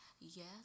Yes